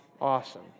awesome